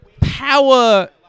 power